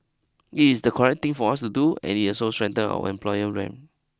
it is the correct thing for us to do and it also strengthens our employer ray